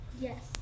Yes